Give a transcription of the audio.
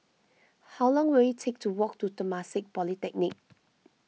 how long will it take to walk to Temasek Polytechnic